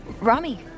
Rami